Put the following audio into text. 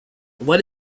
what